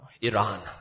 Iran